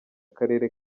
karere